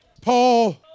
Paul